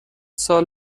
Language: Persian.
سال